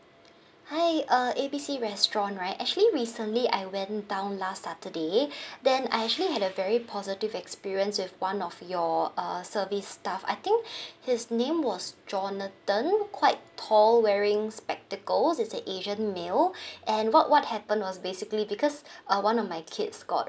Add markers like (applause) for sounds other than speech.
hi err A B C restaurant right actually recently I went down last saturday (breath) then I actually had a very positive experience with one of your uh service staff I think (breath) his name was jonathan quite tall wearing spectacles he's a asian male (breath) and what what happened was basically because uh one of my kids got